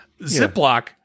Ziploc